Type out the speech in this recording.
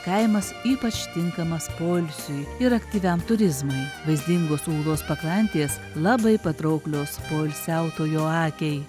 kaimas ypač tinkamas poilsiui ir aktyviam turizmui vaizdingos ūlos pakrantės labai patrauklios poilsiautojo akiai